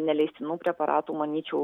neleistinų preparatų manyčiau